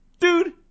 Dude